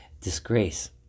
disgrace